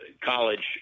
college